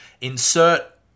insert